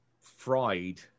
fried